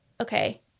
Okay